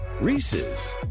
Reese's